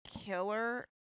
killer